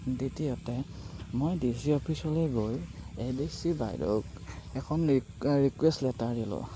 দ্বিতীয়তে মই D C অফিচলৈ গৈ এ ডি চি বাইদেউক এখন ৰি ৰিকুৱেষ্ট লেটাৰ দিলোঁ